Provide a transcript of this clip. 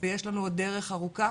ויש לנו עוד דרך ארוכה